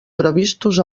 previstos